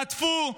חטפו,